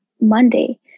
Monday